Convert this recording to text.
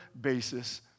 basis